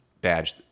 badge